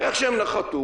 איך שהם נחתו,